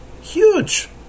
Huge